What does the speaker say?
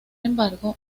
embargo